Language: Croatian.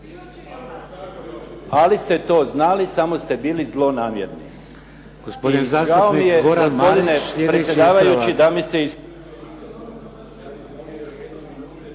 ali ste to znali, samo ste bili zlonamjerni.